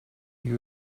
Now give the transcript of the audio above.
you